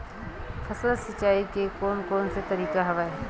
फसल सिंचाई के कोन कोन से तरीका हवय?